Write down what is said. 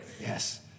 Yes